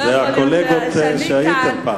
לא יכול להיות שאני כאן, זה הקולגות שהייתם פעם.